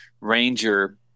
ranger